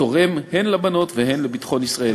התורם הן לבנות והן לביטחון ישראל.